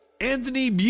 Anthony